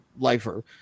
lifer